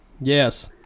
Yes